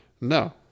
No